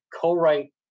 co-write